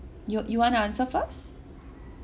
you you wanna answer first